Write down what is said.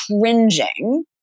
cringing